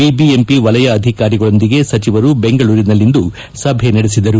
BBMP ವಲಯ ಅಧಿಕಾರಿಗಳೊಂದಿಗೆ ಸಚಿವರು ಬೆಂಗಳೂರಿನಲ್ಲಿಂದು ಸಭೆ ನಡೆಸಿದರು